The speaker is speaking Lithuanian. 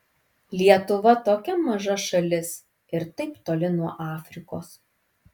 lietuva tokia maža šalis ir taip toli nuo afrikos